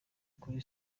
kuri